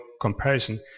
comparison